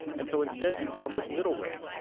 and so instead, he found this middle way,